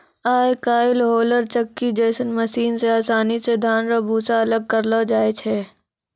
आय काइल होलर चक्की जैसन मशीन से आसानी से धान रो भूसा अलग करलो जाय छै